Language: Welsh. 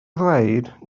ddweud